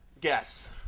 Guess